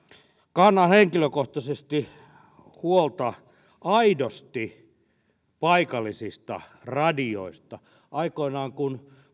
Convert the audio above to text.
kannan henkilökohtaisesti huolta aidosti paikallisista radioista aikoinaan kun